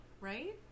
Right